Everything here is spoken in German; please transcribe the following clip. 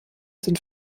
sind